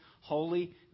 holy